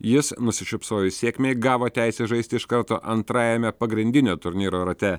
jis nusišypsojus sėkmej gavo teisę žaisti iš karto antrajame pagrindinio turnyro rate